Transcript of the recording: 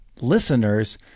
listeners